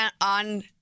on